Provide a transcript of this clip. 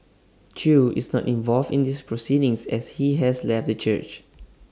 chew is not involved in these proceedings as he has left the church